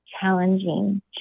challenging